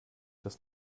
das